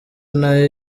nayo